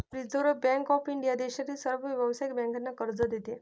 reserve bank of India देशातील सर्व व्यावसायिक बँकांना कर्ज देते